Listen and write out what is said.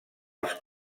els